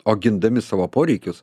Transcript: o gindami savo poreikius